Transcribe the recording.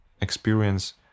experience